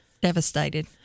devastated